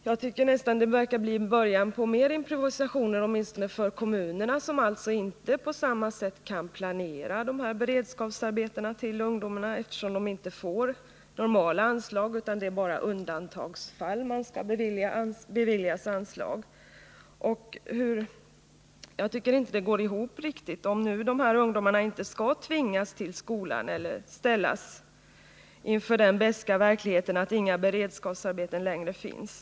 Jag tycker att det i stället verkar bli början till flera improvisationer, åtminstone för kommunerna, som alltså inte på samma sätt som tidigare kan planera beredskapsarbeten för ungdomar — de får inte normala anslag till det, utan det är bara i undantagsfall de skall beviljas anslag. Jag tycker inte detta går ihop riktigt. Arbetsmarknadsministern säger att de här ungdomarna inte skall tvingas till skolan eller ställas inför den beska verkligheten att inga beredskapsarbeten längre finns.